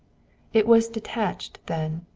it was detached then,